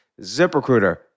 ZipRecruiter